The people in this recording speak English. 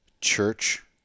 church